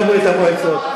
רוסיה זה לא ברית-המועצות.